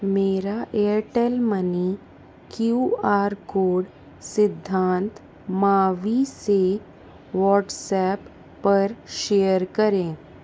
मेरा Airtel money Q R code Siddhant Mavi से WhatsApp पर शेयर करें